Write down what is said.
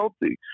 healthy